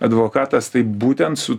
advokatas tai būtent su